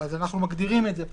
אז אנחנו מגדירים את זה פה,